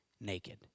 naked